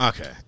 Okay